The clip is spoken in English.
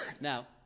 Now